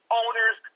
owners